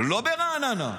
לא ברעננה.